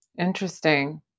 Interesting